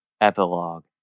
Epilogue